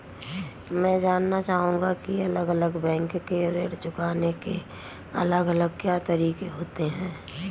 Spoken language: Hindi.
मैं जानना चाहूंगा की अलग अलग बैंक के ऋण चुकाने के अलग अलग क्या तरीके होते हैं?